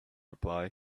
reply